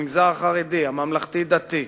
המגזר החרדי, הממלכתי-דתי,